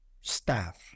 staff